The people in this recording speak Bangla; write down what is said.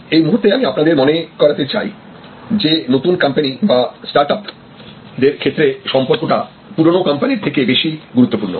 এই মুহূর্তে আমি আপনাদের মনে করাতে চাই যে নতুন কোম্পানি বা স্টার্ট আপ দের ক্ষেত্রে সম্পর্কটা পুরনো কোম্পানির থেকে বেশি গুরুত্বপূর্ণ